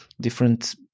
different